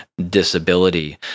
disability